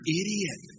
idiot